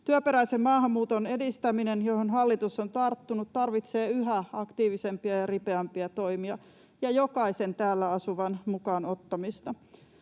Työperäisen maahanmuuton edistäminen, johon hallitus on tarttunut, tarvitsee yhä aktiivisempia ja ripeämpiä toimia ja jokaisen täällä asuvan mukaan ottamista.